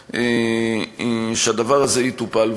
כדי שהדבר הזה יטופל,